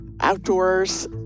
outdoors